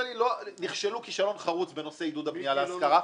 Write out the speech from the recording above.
כללי נכשלו כישלון חרוץ בנושא עידוד הבנייה להשכרה,